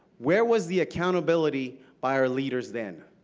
where was the accountability by our leaders then?